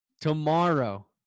Tomorrow